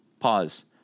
pause